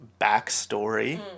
backstory